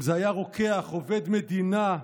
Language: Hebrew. אם זה היה רוקח, עובד מדינה,